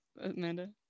Amanda